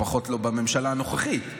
לפחות לא בממשלה הנוכחית,